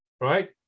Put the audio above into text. right